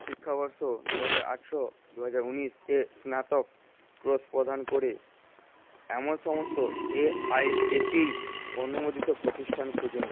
শিক্ষাবর্ষ দুহাজার আঠারো দুহাজার উনিশ এ স্নাতক কোর্স প্রদান করে এমন সমস্ত A I C T E অনুমোদিত প্রতিষ্ঠান খুঁজুন